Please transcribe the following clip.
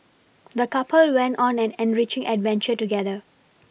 the couple went on an enriching adventure together